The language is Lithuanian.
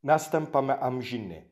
mes tampame amžini